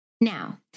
Now